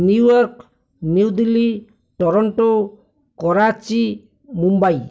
New York New Delhi Toronto Karachi Mumbai